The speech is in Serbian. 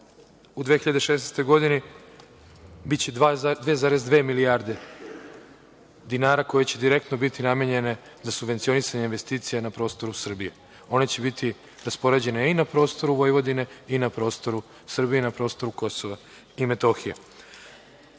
u 2016. godini biće 2,2 milijarde dinara koje će direktno biti namenjene za subvencionisanje investicija na prostoru Srbije. One će biti raspoređene i na prostoru Vojvodine i na prostoru Srbije i na prostoru Kosova i Metohije. Poređenja